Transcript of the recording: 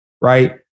right